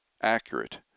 accurate